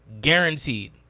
guaranteed